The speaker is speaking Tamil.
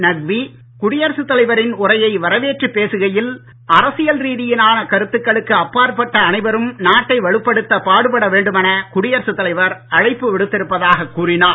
நக்வி குடியரசுத் தலைவரின் உரையை வரவேற்றுப் பேசுகையில் அரசியல் ரீதியிலான கருத்துக்களுக்கு அப்பாற்பட்ட அனைவரும் நாட்டை வலுப்படுத்த பாடுபட வேண்டுமென குடியரசுத் தலைவர் அழைப்பு விடுத்திருப்பதாகக் கூறினார்